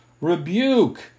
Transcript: rebuke